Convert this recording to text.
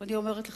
אני אומרת לך,